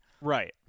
Right